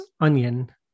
Onion